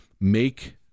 make